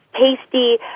tasty